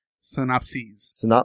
Synopsis